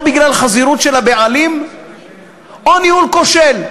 בגלל חזירות של הבעלים או בגלל ניהול כושל.